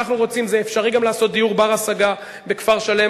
אפשר גם לעשות דיור בר-השגה בכפר-שלם,